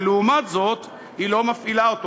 ולעומת זאת היא לא מפעילה אותו,